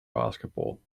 basketball